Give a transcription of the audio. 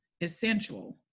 essential